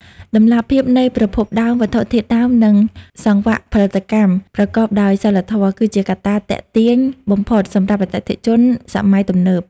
តម្លាភាពនៃប្រភពដើមវត្ថុធាតុដើម និងសង្វាក់ផលិតកម្មប្រកបដោយសីលធម៌ គឺជាកត្តាទាក់ទាញបំផុតសម្រាប់អតិថិជនសម័យទំនើប។